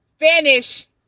finish